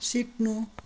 सिक्नु